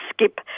skip